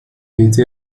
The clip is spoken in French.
été